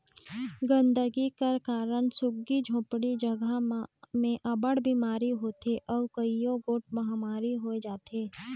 गंदगी कर कारन झुग्गी झोपड़ी जगहा में अब्बड़ बिमारी होथे अउ कइयो गोट महमारी होए जाथे